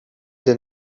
the